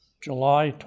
July